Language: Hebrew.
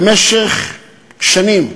במשך שנים,